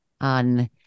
on